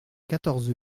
quatorze